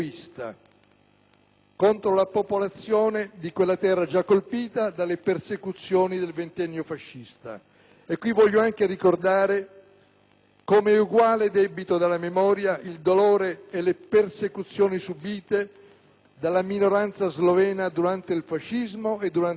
contro la popolazione di quella terra già colpita dalle persecuzioni del ventennio fascista. E qui voglio anche ricordare, come uguale debito della memoria, il dolore e le persecuzioni subite dalla minoranza slovena durante il fascismo e durante la guerra.